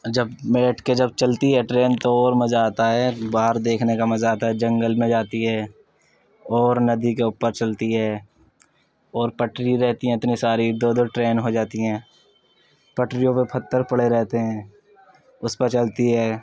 جب بیٹھ کے جب چلتی ہے ٹرین تو اور مزہ آتا ہے باہر دیکھنے کا مزہ آتا ہے جنگل میں جاتی ہے اور ندی کے اوپر چلتی ہے اور پٹری رہتی ہیں اتنی ساری دو دو ٹرین ہو جاتی ہیں پٹریوں پہ پتّھر پڑے رہتے ہیں اس پر چلتی ہے